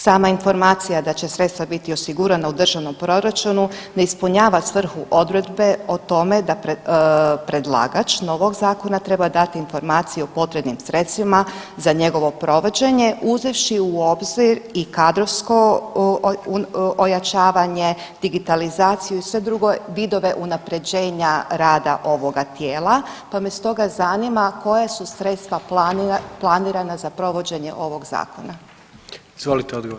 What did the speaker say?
Sama informacija da će sredstva biti osigurana u državnom proračunu ne ispunjava svrhu odredbe o tome da predlagač novog zakona treba dati informaciju o potrebnim sredstvima za njegovo provođenje uzevši u obzir i kadrovsko ojačavanje, digitalizaciju i sve druge vidove unaprjeđenja rada ovoga tijela, pa me stoga zanima koja su sredstva planirana za provođenje ovog zakona?